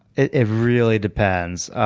it really depends.